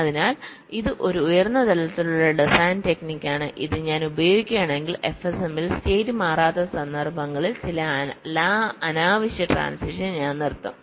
അതിനാൽ ഇത് ഒരു ഉയർന്ന തലത്തിലുള്ള ഡിസൈൻ ടെക്നിക്കാണ് ഇത് ഞാൻ ഉപയോഗിക്കുകയാണെങ്കിൽ FSM ൽ സ്റ്റേറ്റ് മാറാത്ത സന്ദർഭങ്ങളിൽ ചില അനാവശ്യ ട്രാന്സിഷൻ ഞാൻ നിർത്തും